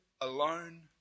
alone